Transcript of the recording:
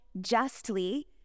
justly